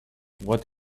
what